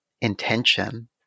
intention